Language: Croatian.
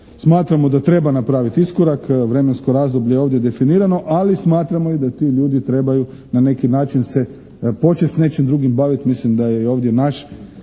smatramo da treba napraviti iskorak, vremensko razdoblje je ovdje definirano, ali smatramo i da ti ljudi trebaju na neki način se početi s nečim drugim baviti,